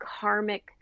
karmic